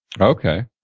Okay